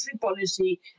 policy